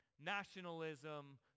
nationalism